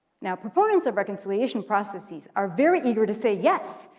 now proponents of reconciliation processes are very eager to say yes.